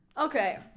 Okay